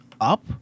up